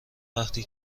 وقتی